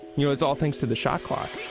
you know? it's all thanks to the shot clock